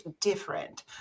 different